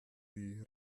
die